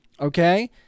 Okay